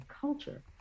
culture